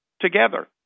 together